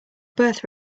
birth